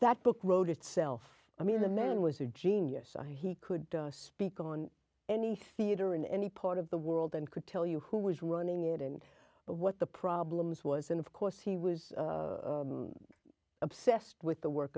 that book wrote itself i mean the man was a genius he could speak on any theatre in any part of the world and could tell you who was running it and what the problems was and of course he was obsessed with the work